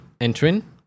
entering